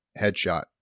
Headshot